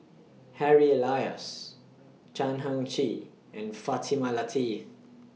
Harry Elias Chan Heng Chee and Fatimah Lateef